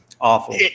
awful